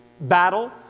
battle